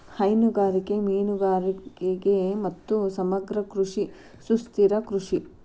ಹೈನುಗಾರಿಕೆ, ಮೇನುಗಾರಿಗೆ ಮತ್ತು ಸಮಗ್ರ ಕೃಷಿ ಸುಸ್ಥಿರ ಕೃಷಿ